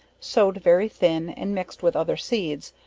sowed very thin, and mixed with other seeds,